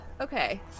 Okay